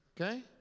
okay